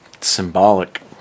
Symbolic